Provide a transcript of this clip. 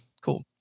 cool